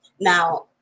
Now